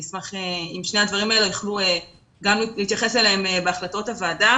אני אשמח אם תהיה התייחסות בהחלטות הוועדה